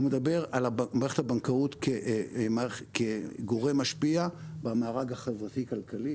הוא מדבר על מערכת הבנקאות כגורם משפיע במארג החברתי כלכלי.